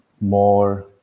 more